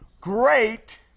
Great